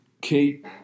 Kate